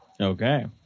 Okay